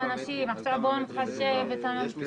אתם לא יכולים לשבת שם 80 איש כי אתם